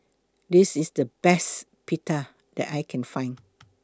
This IS The Best Pita that I Can Find